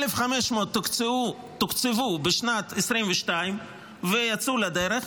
1,500 תוקצבו בשנת 2022 ויצאו לדרך,